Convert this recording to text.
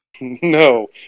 No